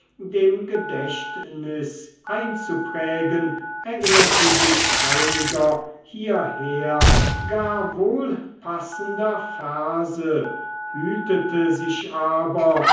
dem gedächtnis einzuprägen erinnerte sich einiger hierher gar wohl passender verse hütete sich aber